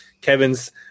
Kevin's